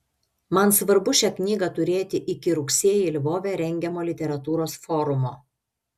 man svarbu šią knygą turėti iki rugsėjį lvove rengiamo literatūros forumo